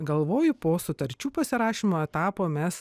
galvoju po sutarčių pasirašymo etapo mes